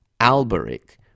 Alberic